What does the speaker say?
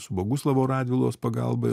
su boguslavo radvilos pagalba